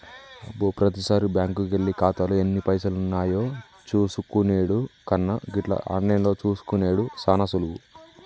అబ్బో ప్రతిసారి బ్యాంకుకెళ్లి ఖాతాలో ఎన్ని పైసలున్నాయో చూసుకునెడు కన్నా గిట్ల ఆన్లైన్లో చూసుకునెడు సాన సులువు